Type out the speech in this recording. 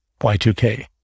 Y2K